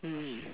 mm